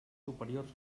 superiors